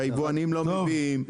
שהיבואנים לא מביאים,